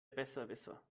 besserwisser